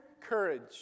courage